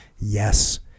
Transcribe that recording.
yes